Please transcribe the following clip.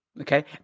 Okay